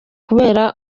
kubera